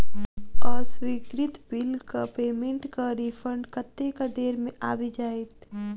अस्वीकृत बिलक पेमेन्टक रिफन्ड कतेक देर मे आबि जाइत?